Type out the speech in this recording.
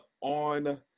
on